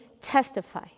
testify